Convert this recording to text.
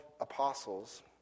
apostles